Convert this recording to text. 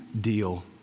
deal